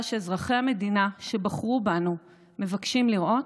שאזרחי המדינה שבחרו בנו מבקשים לראות?